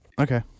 Okay